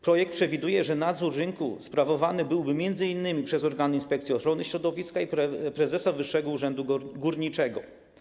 Projekt przewiduje, że nadzór rynku sprawowany byłby m.in. przez organy Inspekcji Ochrony Środowiska i prezesa Wyższego Urzędu Górniczego.